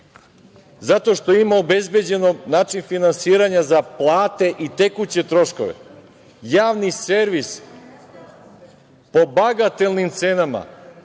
zato što ima obezbeđeno način finansiranja za plate i tekuće troškove. Javni servis po bagatelnim cenama